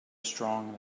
strong